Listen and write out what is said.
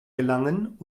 gelangen